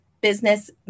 business